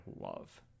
love